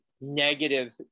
negative